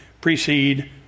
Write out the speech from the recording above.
precede